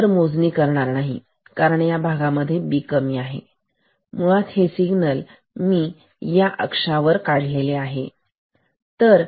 counter मोजणी करणार नाही कारण या भागामध्ये B कमी आहे आणि मुळात हे सिग्नल मी या अक्ष वर काढलेले आहे